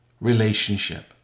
relationship